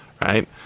Right